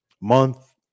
month